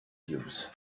cubes